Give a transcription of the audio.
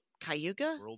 Cayuga